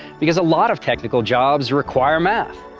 because a lot of technical jobs require math.